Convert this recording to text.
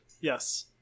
Yes